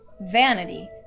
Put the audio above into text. vanity